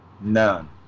none